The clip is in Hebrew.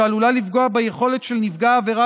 שעלולה לפגוע ביכולת של נפגע העבירה